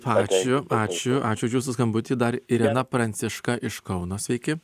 ačiū ačiū ačiū už jūsų skambutį dar irena pranciška iš kauno sveiki